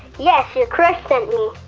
yes, you're crush sent me.